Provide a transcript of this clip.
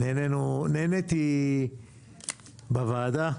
נהניתי בוועדה.